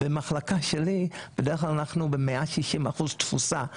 במחלקה שלי בדרך כלל אנחנו ב-160% תפוסה,